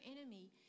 enemy